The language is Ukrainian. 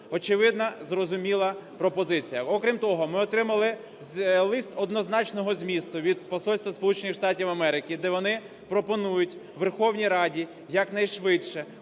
Очевидна, зрозуміла пропозиція. Окрім того, ми отримали лист однозначного змісту від Посольства Сполучених Штатів Америки, де вони пропонують Верховній Раді якнайшвидше